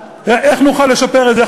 איך נוכל לשפר את זה?